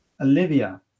olivia